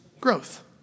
growth